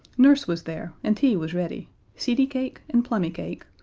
nurse was there, and tea was ready seedy cake and plummy cake,